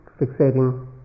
fixating